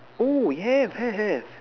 oh have have have